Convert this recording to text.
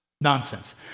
Nonsense